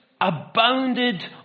abounded